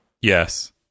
Yes